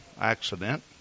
accident